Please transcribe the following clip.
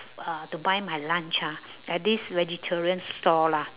uh to buy my lunch ah at this vegetarian store lah